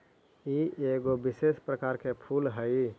ई एगो विशेष प्रकार के फूल हई